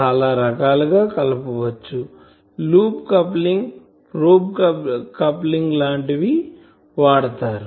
చాలా రకాలుగా కలపవచ్చు లూప్ కప్లింగ్ ప్రోబ్ కప్లింగ్లాంటివి వాడతారు